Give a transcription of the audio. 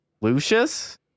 Lucius